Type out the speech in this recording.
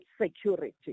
security